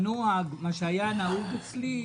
מה שהיה נהוג אצלי,